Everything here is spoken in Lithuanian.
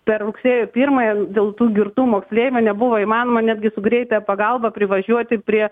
per rugsėjo pirmąją dėl tų girtų moksleivių nebuvo įmanoma netgi su greitąja pagalba privažiuoti prie